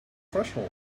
threshold